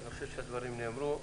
אני חושב שהדברים נאמרו,